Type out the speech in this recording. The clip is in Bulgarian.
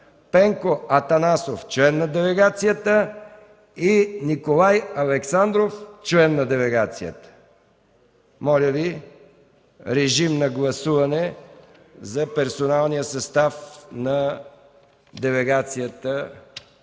Пенко Атанасов – член на делегацията; - Николай Александров – член на делегацията.” Моля Ви, режим на гласуване за персоналния състав на Постоянната